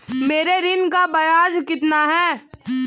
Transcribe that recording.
मेरे ऋण का ब्याज कितना है?